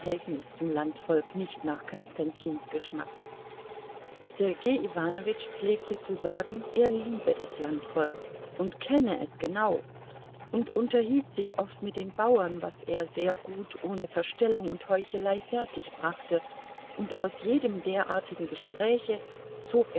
zum landvolk nicht nach konstantins geschmack sergei iwanowitsch pflegte zu sagen er liebe das landvolk und kenne es genau und unterhielt sich oft mit den bauern was er sehr gut ohne verstellung und heuchelei fertig brachte und aus jedem derartigen gespräche zog